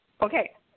Okay